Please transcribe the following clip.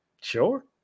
Sure